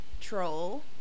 troll